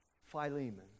Philemon